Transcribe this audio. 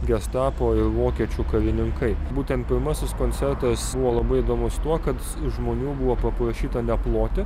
gestapo ir vokiečių karininkai būtent pirmasis koncertas buvo labai įdomus tuo kad iš žmonių buvo paprašyta neploti